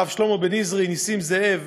הרב שלמה בניזרי ונסים זאב,